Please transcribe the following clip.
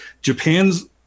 japan's